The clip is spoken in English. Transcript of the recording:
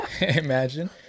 Imagine